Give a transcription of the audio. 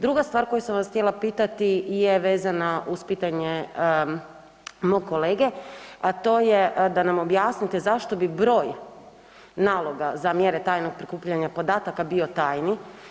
Druga stvar koju sam vas htjela pitati je vezana uz pitanje mog kolege, a to je da nam objasnite zašto bi broj naloga za mjere tajnog prikupljanja podataka bio tajni?